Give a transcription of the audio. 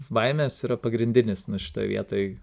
baimės yra pagrindinis na šitoj vietoj